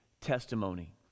testimony